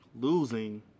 losing